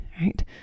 right